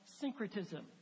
syncretism